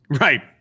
Right